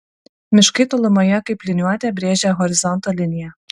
miškai tolumoje kaip liniuote brėžia horizonto liniją